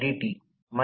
8 सह